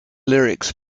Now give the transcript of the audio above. lyrics